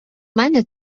мене